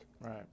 Right